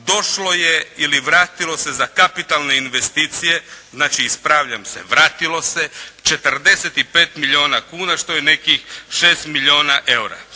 došlo je ili vratilo se za kapitalne investicije, znači ispravljam se vratilo se 45 milijuna kuna što je nekih 6 milijuna eura.